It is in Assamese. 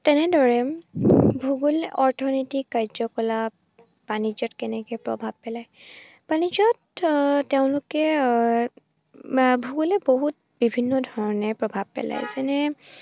তেনেদৰে ভূগোল অৰ্থনৈতিক কাৰ্যকলাপ বাণিজ্যত কেনেকৈ প্ৰভাৱ পেলায় বাণিজ্যত তেওঁলোকে ভূগোলে বহুত বিভিন্ন ধৰণে প্ৰভাৱ পেলায় যেনে